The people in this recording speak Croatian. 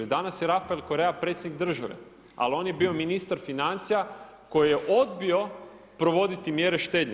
Danas je Rafael Korea predsjednik države, ali on je bio ministar financija, koji je odbio provoditi mjere štednje.